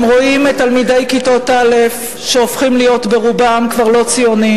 הם רואים את תלמידי כיתות א' שהופכים כבר להיות ברובם לא ציונים.